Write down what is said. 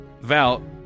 Val